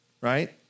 right